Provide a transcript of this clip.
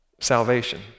salvation